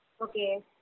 Okay